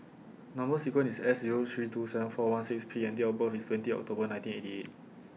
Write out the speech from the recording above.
Number sequence IS S Zero three two seven four one six P and Date of birth IS twenty of October nineteen eighty eight